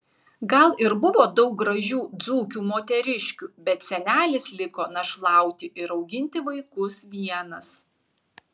gal ir buvo daug gražių dzūkių moteriškių bet senelis liko našlauti ir auginti vaikus vienas